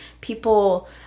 people